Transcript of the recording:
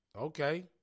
Okay